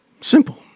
Simple